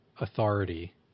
authority